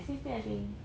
sixteen I think